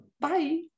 Bye